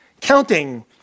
Counting